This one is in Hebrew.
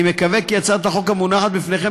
אני מקווה כי הצעת החוק המונחת לפניכם